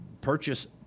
purchase